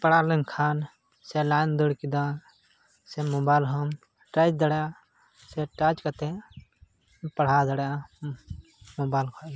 ᱯᱟᱲᱟᱣ ᱞᱮᱱᱠᱷᱟᱱ ᱥᱮ ᱞᱟᱭᱤᱱ ᱫᱟᱹᱲ ᱠᱮᱫᱟ ᱥᱮ ᱢᱳᱵᱟᱭᱤᱞ ᱦᱚᱢ ᱴᱟᱪ ᱫᱟᱲᱮᱭᱟᱜᱼᱟ ᱥᱮ ᱴᱟᱪ ᱠᱟᱛᱮᱫ ᱯᱟᱲᱦᱟᱣ ᱫᱟᱲᱮᱭᱟᱜᱼᱟ ᱢᱳᱵᱟᱭᱤᱞ ᱠᱷᱚᱡ ᱜᱮ